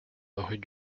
rue